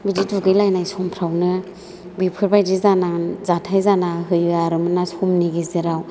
बिदि दुगैलायनाय समफोरावनो बेफोरबायदि जाथाय जाना होयो आरोमोनना समनि गेजेराव